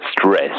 stress